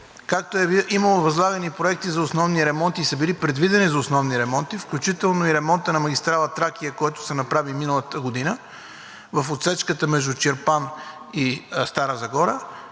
както е имало възлагани проекти за основни ремонти и са били предвидени за основни ремонти, включително и ремонтът на магистрала „Тракия“, който се направи миналата година в отсечката между Чирпан и Стара Загора.